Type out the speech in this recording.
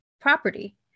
property